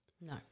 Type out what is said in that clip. No